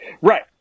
right